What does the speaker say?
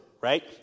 right